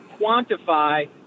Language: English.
quantify